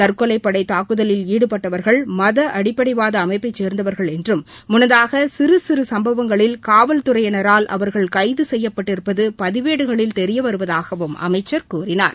தற்கொலைப்படைதாக்குதலில் ஈடுபட்டவர்கள் மதஅடிப்படைவாதஅமைப்பைச் சேர்ந்தவர்கள் என்றும் முன்னதாகசிறுசம்பவங்களில் காவல்துறையினரால் அவர்கள் கைதுசெய்யப்பட்டிருப்பதுபதிவேடுகளில் தெரியவருவதாகவும் அமைச்சர் கூறினார்